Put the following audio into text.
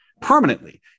permanently